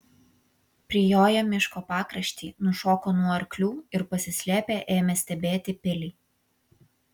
prijoję miško pakraštį nušoko nuo arklių ir pasislėpę ėmė stebėti pilį